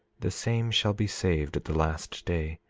the same shall be saved at the last day.